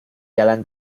jalan